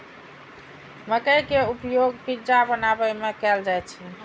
मकइ के उपयोग पिज्जा बनाबै मे कैल जाइ छै